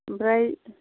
ओमफ्राय